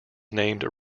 named